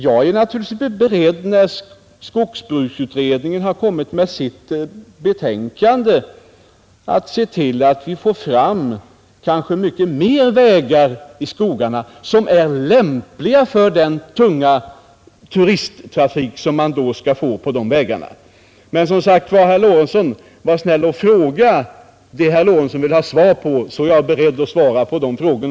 Jag är naturligtvis beredd, när skogsbruksutredningen har tagit ställning till de motioner som överlämnas till den, att se till att vi får fram kanske mycket fler vägar i skogarna, som är lämpliga för den tunga turisttrafik som då kan komma i fråga på dessa vägar. Men, som sagt, herr Lorentzon, var snäll och fråga om det som herr Lorentzon vill ha svar på. Då är jag också beredd att svara på hans frågor.